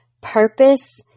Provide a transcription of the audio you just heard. purpose